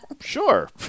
sure